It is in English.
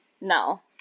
No